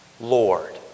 Lord